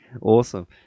Awesome